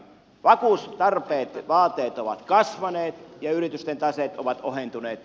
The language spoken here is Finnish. vakuustarpeet ja vaateet ovat kasvaneet ja yritysten taseet ovat ohentuneet